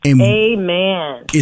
Amen